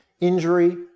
injury